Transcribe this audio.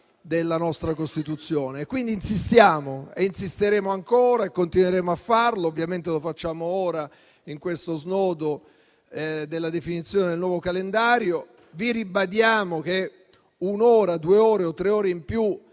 della nostra Costituzione. Pertanto insistiamo, insisteremo ancora e continueremo a farlo, ovviamente lo facciamo ora in questo snodo della definizione del nuovo calendario. Ribadiamo che un'ora, due ore o tre ore in più